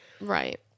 Right